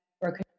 broken